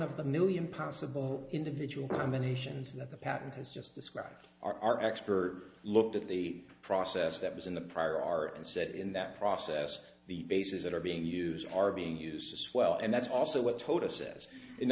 of the million possible individual combinations that the patent has just described our expert looked at the process that was in the prior art and said in that process the bases that are being used are being used as well and that's also